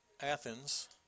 Athens